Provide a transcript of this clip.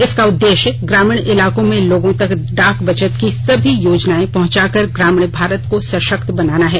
इसका उद्देश्य ग्रामीण इलाकों में लोगों तक डाक बचत की सभी योजनाएं पहुंचा कर ग्रामीण भारत को सशक्त बनाना है